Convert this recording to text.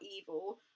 evil